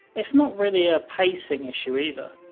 it's not really a pacing issue either.